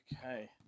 Okay